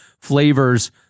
flavors